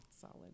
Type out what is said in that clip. Solid